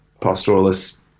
pastoralists